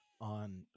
on